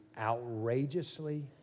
outrageously